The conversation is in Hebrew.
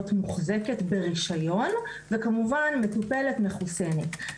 מוחזקת ברישיון וכמובן שגם מטופלת ומחוסנת.